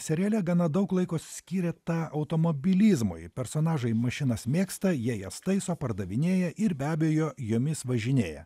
seriale gana daug laiko skyrė tą automobilizmui personažai mašinas mėgsta jie jas taiso pardavinėja ir be abejo jomis važinėja